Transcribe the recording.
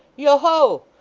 yoho!